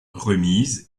remise